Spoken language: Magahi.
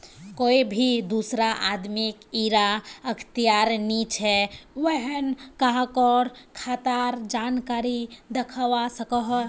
कोए भी दुसरा आदमीक इरा अख्तियार नी छे व्हेन कहारों खातार जानकारी दाखवा सकोह